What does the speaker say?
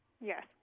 yes